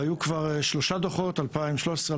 היו כבר שלושה דוחות 2013,